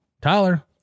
Tyler